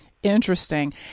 Interesting